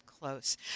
close